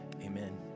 Amen